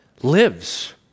lives